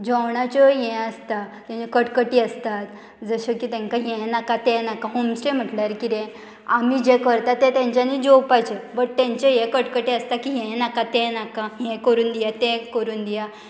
जेवणाच्यो हें आसता तें कटकटी आसतात जशें की तेंकां हें नाका तें नाका होम स्टे म्हटल्यार कितें आमी जें करता तें तेंच्यांनी जेवपाचें बट तेंचे हे कटकटे आसता की हें नाका तें नाका हें करून दिया तें करून दिया